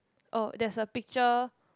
oh there's a picture